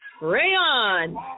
Rayon